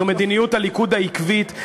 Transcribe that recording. זו מדיניות הליכוד העקבית,